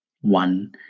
One